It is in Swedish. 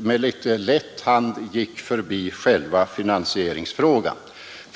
med litet lätt hand gick förbi själva finansieringsfrågan.